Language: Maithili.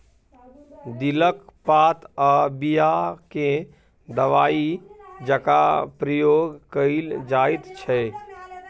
दिलक पात आ बीया केँ दबाइ जकाँ प्रयोग कएल जाइत छै